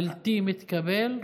בלתי מתקבל,